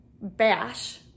bash